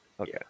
Okay